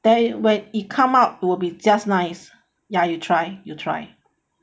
then when it come up it will be just nice ya you try you try